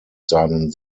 seinen